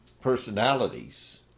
personalities